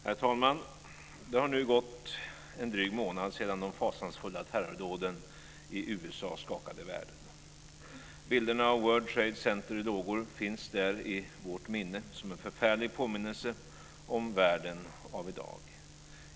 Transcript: Herr talman! Det har nu gått en dryg månad sedan de fasansfulla terrordåden i USA skakade världen. Bilderna av World Trade Center i lågor finns i vårt minne som en förfärlig påminnelse om världen av i dag.